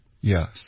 Yes